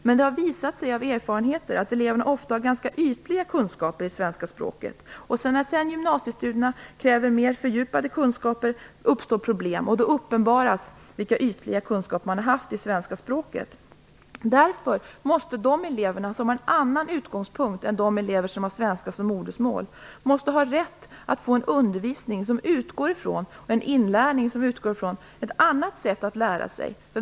Men det har visat sig att eleverna ofta har ganska ytliga kunskaper i det svenska språket. När gymnasiestudierna kräver mer fördjupade kunskaper uppstår problem. Då uppenbaras vilka ytliga kunskaper man har haft i det svenska språket. Därför måste de elever som har en annan utgångspunkt än de elever som har svenska som modersmål ha rätt att få en undervisning som utgår ifrån ett annat sätt att lära sig.